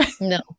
No